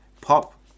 pop